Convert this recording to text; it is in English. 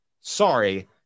Sorry